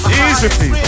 easy